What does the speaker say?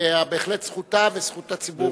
ובהחלט זכותה וזכות הציבור,